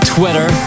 Twitter